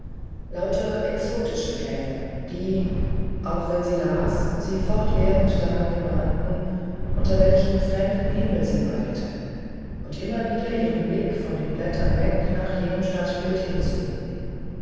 lauter exotische klänge die auch wenn sie las sie fortwährend daran gemahnten unter welchem fremden himmel sie weile und immer wieder ihren blick von den blättern weg nach jenem stadtbild hinzogen